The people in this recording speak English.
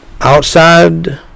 Outside